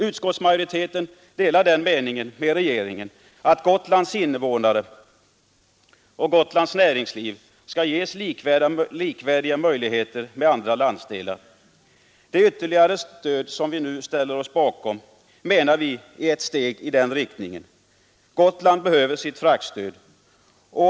Utskottsmajoriteten delar regeringens mening att Gotlands invånare och dess näringsliv skall ges med andra landsdelars invånare och näringsliv likvärdiga möjligheter. Det ytterligare stöd som vi nu ställer oss bakom är ett steg i den riktningen. Gotland behöver sitt fraktstöd.